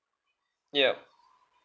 yeah